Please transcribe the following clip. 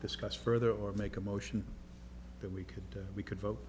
discuss further or make a motion that we could we could vote